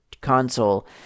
console